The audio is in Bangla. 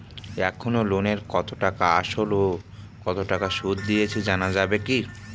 এখনো লোনের কত টাকা আসল ও কত টাকা সুদ দিয়েছি জানা যাবে কি?